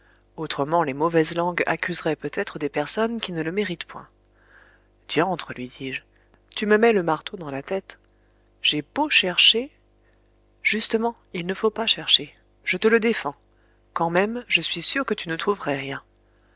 autrement les mauvaises langues accuseraient peut-être des personnes qui ne le méritent point diantre lui dis-je tu me mets le marteau dans la tête j'ai beau chercher justement il ne faut pas chercher je te le défends quand même je suis sûre que tu ne trouverais rien